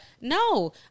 No